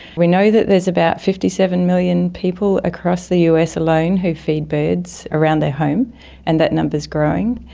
we know that there is about fifty seven million people across the us alone who feed birds around their home and that number is growing.